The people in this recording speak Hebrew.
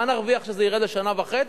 מה נרוויח שזה ירד לשנה וחצי?